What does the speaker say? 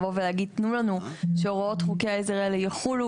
לבוא ולהגיד: תנו לנו שהוראות חוקי העזר האלה יחולו